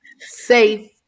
Safe